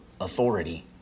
authority